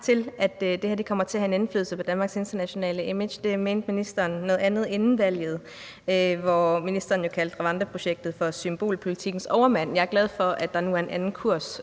nej til, at det her kommer til at have indflydelse på Danmarks internationale image. Der mente ministeren noget andet inden valget, hvor ministeren jo kaldte Rwanda-projektet for symbolpolitikkens overmand. Jeg er glad for, at der nu er en anden kurs,